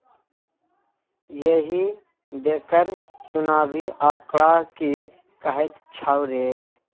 एहि बेरक चुनावी आंकड़ा की कहैत छौ रे